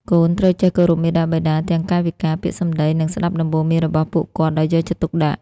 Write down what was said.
កូនត្រូវចេះគោរពមាតាបិតា ទាំងកាយវិការ ពាក្យសម្ដី និងស្ដាប់ដំបូន្មានរបស់ពួកគាត់ដោយយកចិត្តទុកដាក់។